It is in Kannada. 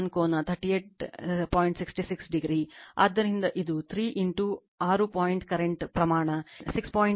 ಆದ್ದರಿಂದ ಇದು 3 ಆರು ಪಾಯಿಂಟ್ ಕರೆಂಟ್ ಪ್ರಮಾಣ 6